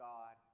God